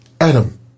Adam